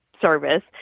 service